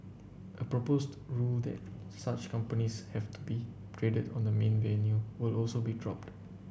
a proposed rule that such companies have to be traded on the main venue will also be dropped